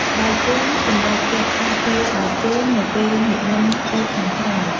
ស្បែកជើង សម្រាប់ពាក់ការពារបាតជើងនៅពេលនិមន្តទៅខាងក្រៅ។